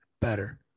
better